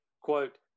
quote